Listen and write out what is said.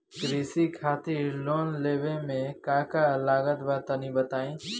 कृषि खातिर लोन लेवे मे का का लागत बा तनि बताईं?